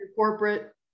corporate